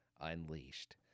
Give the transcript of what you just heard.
unleashed